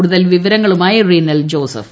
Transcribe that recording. കൂടുതൽ വിവരങ്ങളുമായി റിനൽ ജോസഫ്